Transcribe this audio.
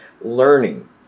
learning